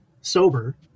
sober